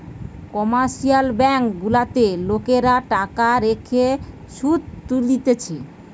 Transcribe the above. commercial bank গুলাতে লোকরা টাকা রেখে শুধ তুলতিছে